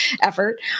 effort